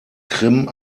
krim